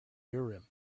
urim